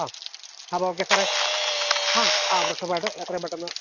ഓ അപ്പോള് ഓക്കെ സാറെ ആആ ഫ്രഷപ്പായിട്ട് എത്രയും പെട്ടെന്ന്